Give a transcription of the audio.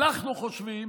אנחנו חושבים